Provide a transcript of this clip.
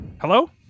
hello